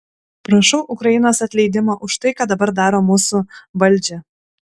prašau ukrainos atleidimo už tai ką dabar daro mūsų valdžią